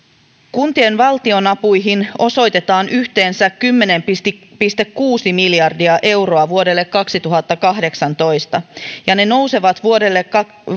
kuntien valtionapuihin osoitetaan yhteensä kymmenen pilkku kuusi miljardia euroa vuodelle kaksituhattakahdeksantoista ja ne nousevat vuodelle